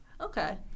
Okay